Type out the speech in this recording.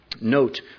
note